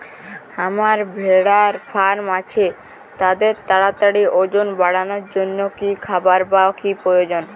আমার ভেড়ার ফার্ম আছে তাদের তাড়াতাড়ি ওজন বাড়ানোর জন্য কী খাবার বা কী প্রয়োজন?